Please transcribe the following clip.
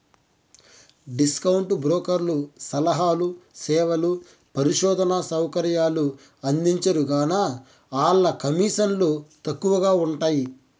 discount బ్రోకర్లు సలహాలు, సేవలు, పరిశోధనా సౌకర్యాలు అందించరుగాన, ఆల్ల కమీసన్లు తక్కవగా ఉంటయ్యి